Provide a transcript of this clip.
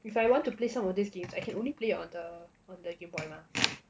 if I want to play some of these games I can only play on the on the gameboy mah